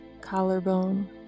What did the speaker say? collarbone